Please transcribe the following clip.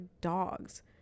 dogs